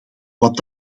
wat